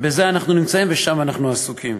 בזה אנחנו נמצאים ושם אנחנו עסוקים.